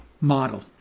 model